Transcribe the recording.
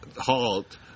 halt